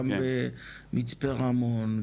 גם במצפה רמון,